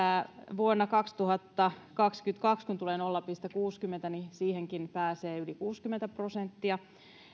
vuonna kaksituhattakaksikymmentäkaksi kun tulee nolla pilkku kuusikymmentä niin siihen pääsee yli kuusikymmentä prosenttia